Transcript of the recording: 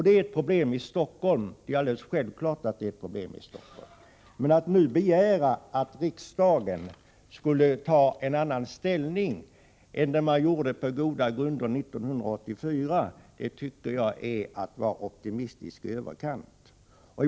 Det är alldeles självklart att det är ett problem i Stockholm. Men att nu begära att riksdagen skulle ta en annan ställning än den gjorde på goda grunder 1984, tycker jag är att vara optimistisk i överkant.